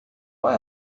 qual